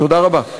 תודה רבה.